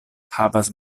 havas